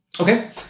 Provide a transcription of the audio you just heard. Okay